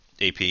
AP